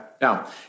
now